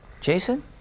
Jason